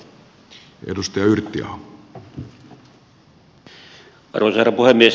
arvoisa herra puhemies